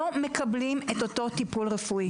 לא מקבלים את אותו טיפול רפואי.